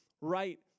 right